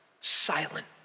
silent